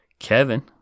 Kevin